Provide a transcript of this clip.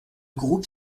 groupe